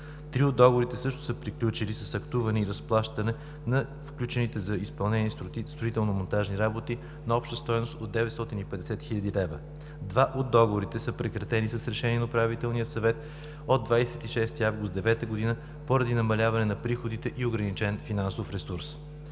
Три от договорите също са приключили с актуване и разплащане на включените за изпълнение строително-монтажни работи на обща стойност от 950 хил. лв. Два от договорите са прекратени с Решение на Управителния съвет от 26 август 2009 г. поради намаляване на приходите и ограничен финансов ресурс.